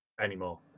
anymore